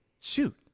Shoot